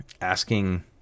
asking